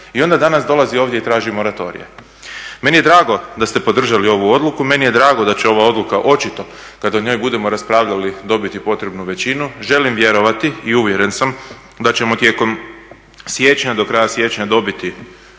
i onda danas dolazi ovdje i traži moratorije. Meni je drago da ste podržali ovu odluku, meni je drago da će ova odluka očito kada o njoj budemo raspravljali dobiti potrebnu većinu, želim vjerovati i uvjeren sam da ćemo tijekom siječnja, do kraja siječnja dobiti